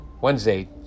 Wednesday